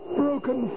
broken